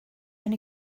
and